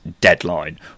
Deadline